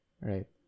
right